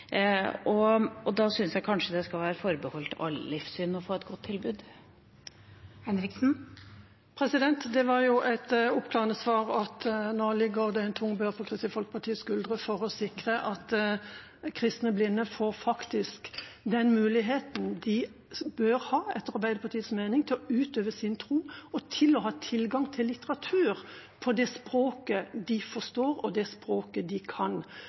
er der. Da syns jeg kanskje det skal være forbeholdt alle livssyn å få et godt tilbud. Det var jo et oppklarende svar at nå ligger det en tung bør på Kristelig Folkepartis skuldre for å sikre at kristne blinde faktisk får den muligheten de bør ha, etter Arbeiderpartiets mening, til å utøve sin tro og til å ha tilgang til litteratur på det språket de forstår, og det språket de kan.